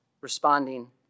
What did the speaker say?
responding